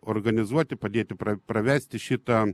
organizuoti padėti pravesti šitą